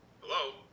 Hello